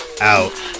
Out